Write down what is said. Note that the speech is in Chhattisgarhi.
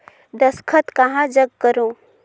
दस्खत कहा जग करो?